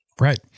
Right